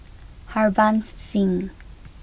Harbans Singh